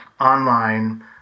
online